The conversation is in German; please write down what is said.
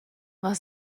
war